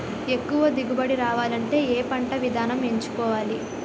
ఎక్కువ దిగుబడి రావాలంటే ఏ పంట విధానం ఎంచుకోవాలి?